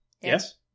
yes